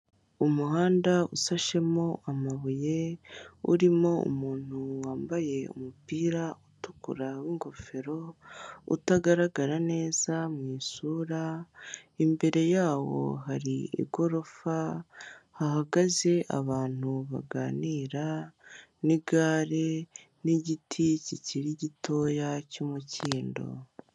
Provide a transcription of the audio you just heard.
Umuhanda usashemo amabuye urimo umuntu wambaye umupira utukura w'ingofero utagaragara neza mu isura, imbere yaho hari igorofa hahagaze abantu baganira, n'igare, n'igiti kikiri gitoya cy'umukindo.